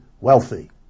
wealthy